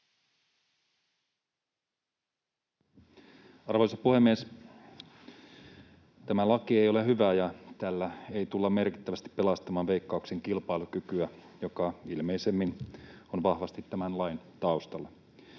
Arvoisa puhemies! Tämä laki ei ole hyvä, ja tällä ei tulla merkittävästi pelastamaan Veikkauksen kilpailukykyä, mikä ilmeisemmin on vahvasti tämän lain taustalla.